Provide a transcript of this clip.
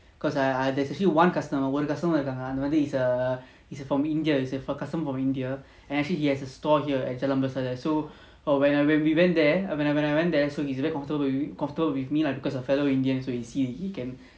cause I I there's actually one customer one customer இருக்காங்க:irukanga he's err he's from india he's a customer from india and actually he has a store here at jalan besar like so oh when I when we went there when I when I went there so he's very comfortable with comfortable with me lah because we are fellow indian so he see he can